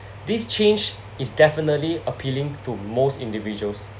this change is definitely appealing to most individuals